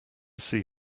see